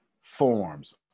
forms